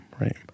right